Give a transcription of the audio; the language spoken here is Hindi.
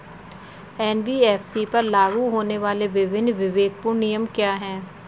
एन.बी.एफ.सी पर लागू होने वाले विभिन्न विवेकपूर्ण नियम क्या हैं?